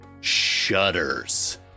shudders